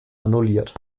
annulliert